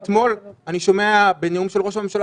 אתמול אני שומע בנאום של ראש הממשלה